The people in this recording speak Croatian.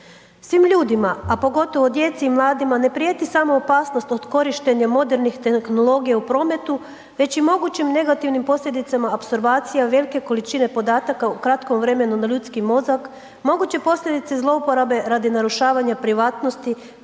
Svim ljudima a pogotovo djeci i mladima ne prijeti samo opasnost od korištenja modernih tehnologija u prometu već i mogućim negativnim posljedicama, opservacija, velike količine podataka u kratkom vremenu na ljudski mozak, moguće posljedice zlouporabe radi narušavanja privatnosti